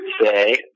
say